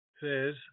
says